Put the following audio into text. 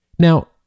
Now